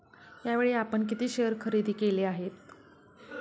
यावेळी आपण किती शेअर खरेदी केले आहेत?